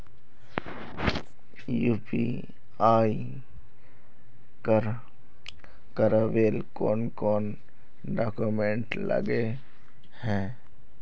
UPI कर करावेल कौन कौन डॉक्यूमेंट लगे है?